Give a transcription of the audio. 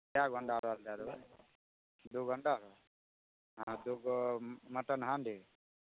कए गो अण्डा रोल दए देबै दू गो अण्डा हँ दूगो मटन हाण्डी